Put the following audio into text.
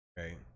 Okay